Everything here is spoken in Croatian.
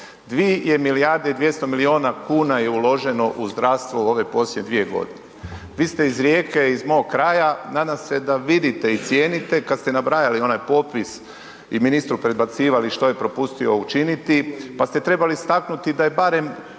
i 200 miliona kuna je uloženo u zdravstvo u ove posljednje dvije godine. Vi ste iz Rijeke iz mog kraja, nadam se da vidite i cijenite kad ste nabrajali onaj popis i ministru predbacivali što je propustio učiniti pa ste trebali istaknuti da je barem